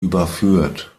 überführt